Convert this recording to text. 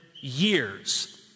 years